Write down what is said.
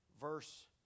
verse